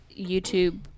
YouTube